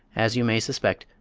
as you may suspect,